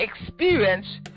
experience